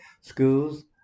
schools